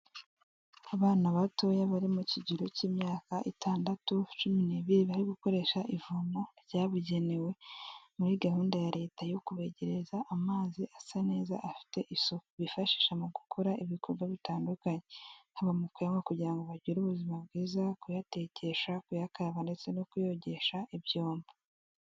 Abana batoya bari mu kigero cy'imyaka itandatu, cumi n'ibiri bari gukoresha ivomo ryabugenewe muri gahunda ya Leta yo kubegereza amazi asa neza afite isuku bifashisha mu gukora ibikorwa bitandukanye bamukuyemo kugira ngo bagire ubuzima bwiza kuyatekesha, kuyayakayaba, ndetse no kuyogesha ibyombo.